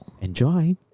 Enjoy